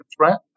threat